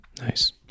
Nice